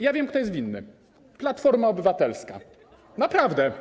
Ja wiem, kto jest winny - Platforma Obywatelska, naprawdę.